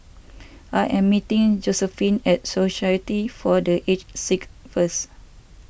I am meeting Josephine at Society for the Aged Sick first